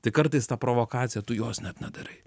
tai kartais tą provokaciją tu jos net nedarai